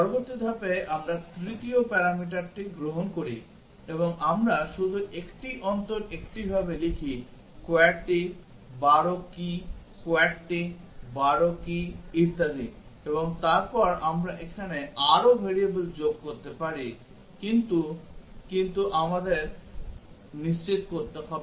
পরবর্তী ধাপে আমরা তৃতীয় প্যারামিটারটি গ্রহণ করি এবং আমরা শুধু একটি অন্তর একটি ভাবে লিখি QWERTY 12 key QWERTY 12 key ইত্যাদি এবং তারপর আমরা এখানে আরো variable যোগ করতে পারি এবং কিন্তু আমাদের নিশ্চিত করতে হবে